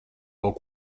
kaut